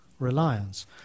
reliance